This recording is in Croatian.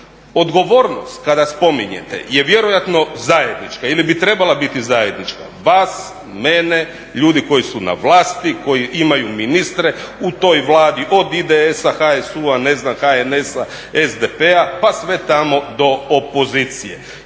Odgovornost kada spominjete je vjerojatno zajednička ili bi trebala biti zajednička vas, mene, ljudi koji su na vlasti, koji imaju ministre u toj Vladi od IDS-a, HSU-a ne znam HNS-a, SDP-a pa sve tamo do opozicije.